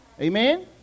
Amen